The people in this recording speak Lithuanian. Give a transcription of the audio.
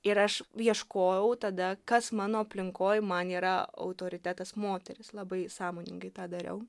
ir aš ieškojau tada kas mano aplinkoj man yra autoritetas moteris labai sąmoningai tą dariau